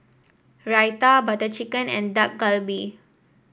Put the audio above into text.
Raita Butter Chicken and Dak Galbi